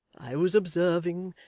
i was observing,